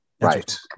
Right